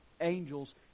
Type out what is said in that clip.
angels